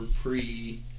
pre